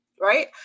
right